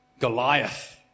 Goliath